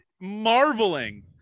marveling